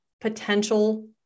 potential